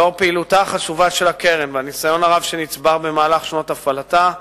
לאור פעילותה החשובה של הקרן והניסיון הרב שנצבר במהלך שנות הפעלתה,